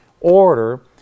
order